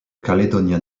caledonian